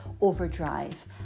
overdrive